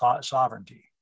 sovereignty